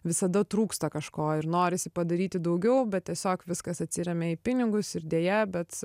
visada trūksta kažko ir norisi padaryti daugiau bet tiesiog viskas atsiremia į pinigus ir deja bet